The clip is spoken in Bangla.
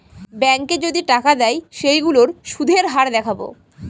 ব্যাঙ্কে যদি টাকা দেয় সেইগুলোর সুধের হার দেখাবো